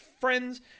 friends